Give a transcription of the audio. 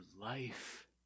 life